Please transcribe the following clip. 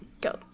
go